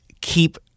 keep